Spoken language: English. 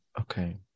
Okay